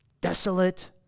desolate